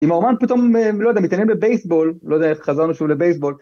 אם האומן פתאום, לא יודע, מתעניין בבייסבול, לא יודע איך חזרנו שוב לבייסבול.